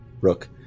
Rook